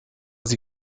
sie